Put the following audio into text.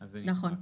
נכון.